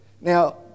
Now